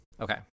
Okay